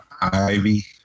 Ivy